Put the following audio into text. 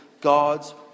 God's